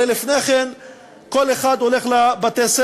הרי לפני כן כל אחד הולך לבתי-הספר,